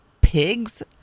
pigs